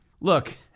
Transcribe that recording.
Look